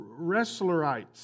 Wrestlerites